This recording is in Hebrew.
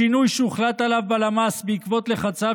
השינוי שהוחלט עליו בלמ"ס בעקבות לחציו